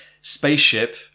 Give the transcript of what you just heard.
spaceship